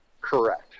Correct